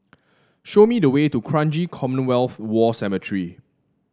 show me the way to Kranji Commonwealth War Cemetery